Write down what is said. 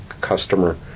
customer